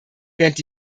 während